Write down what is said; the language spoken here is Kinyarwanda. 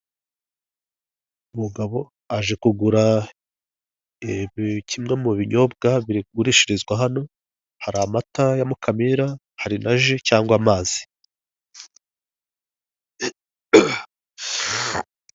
Umugabo aje kugura kimwe mu binyobwa bigurishirizwa hano, hari amata ya Mukamira hari na ji cyangwa amazi.